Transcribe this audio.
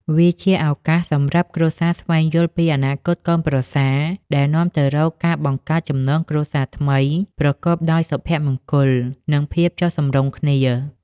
វាជាឱកាសសម្រាប់គ្រួសារស្វែងយល់ពីអនាគតកូនប្រសា ដែលនាំទៅរកការបង្កើតចំណងគ្រួសារថ្មីប្រកបដោយសុភមង្គល និងភាពចុះសម្រុងគ្នា។